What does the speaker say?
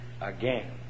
again